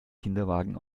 kinderwagen